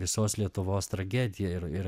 visos lietuvos tragedija ir ir